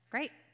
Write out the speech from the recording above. Great